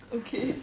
okay